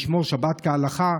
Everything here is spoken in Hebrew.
לשמור שבת והלכה'?"